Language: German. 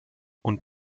und